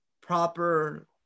proper